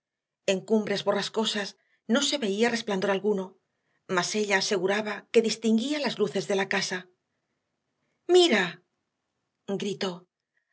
sola luz en cumbres borrascosas no se veía resplandor alguno mas ella aseguraba que distinguía las luces de la casa mira gritó